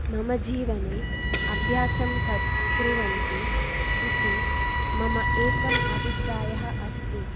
मम जीवने अभ्यासं कुर्वन्ति इति मम एकः अभिप्रायः अस्ति